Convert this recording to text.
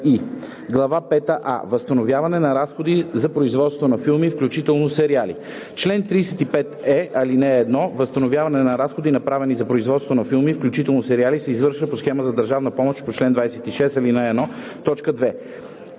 пета „а“ Възстановяване на разходи за производство на филми, включително сериали. Чл. 35е. (1) Възстановяването на разходи, направени за производство на филми, включително сериали, се извършва по схема за държавна помощ по чл. 26, ал. 1,